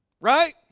Right